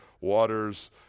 waters